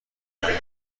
جمعت